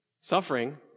Suffering